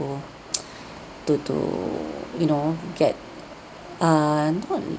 to to you know get err not